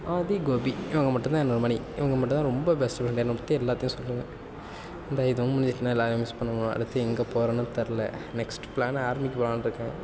ஆதி கோபி இவங்க மட்டும் தான் என்னோ மணி இவுங்க மட்டும் தான் ரொம்ப பெஸ்ட்டு ஃப்ரெண்ட் என்னை பற்றி எல்லாத்தையும் சொல்லுவேன் இந்த இதுவும் முடிஞ்சிட்டுனால் எல்லாரையும் மிஸ் பண்ணுவேன் அடுத்து எங்கே போறேனோ தெரியல நெக்ஸ்ட் பிளான் ஆர்மிக்கு போகலாம்னு இருக்கேன்